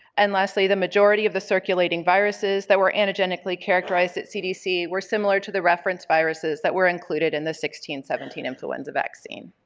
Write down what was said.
and, lastly, the majority of the circulating viruses that were anagenically characterized at cdc were similar to the referenced viruses that were included in the sixteen seventeen influenza vaccine.